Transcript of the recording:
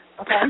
okay